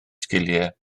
sgiliau